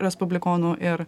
respublikonų ir